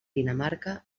dinamarca